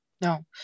No